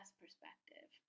perspective